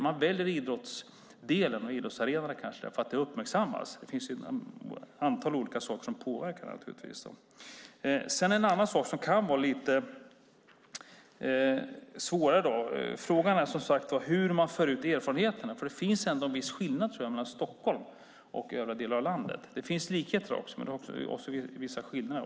Man väljer kanske idrottsarenorna därför att det uppmärksammas. Det finns naturligtvis ett antal olika saker som påverkar. En annan sak, som kan vara lite svårare, är frågan hur man för ut erfarenheterna, för det finns ändå en viss skillnad mellan Stockholm och övriga delar av landet. Det finns likheter också, men det finns också vissa skillnader.